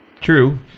true